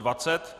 20.